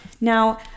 Now